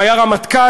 שהיה פה רמטכ"ל